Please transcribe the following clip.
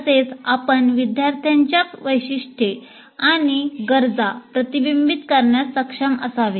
तसेच आपण विद्यार्थ्यांच्या वैशिष्ट्ये आणि गरजा प्रतिबिंबित करण्यास सक्षम असावे